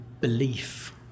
belief